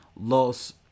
Los